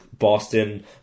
boston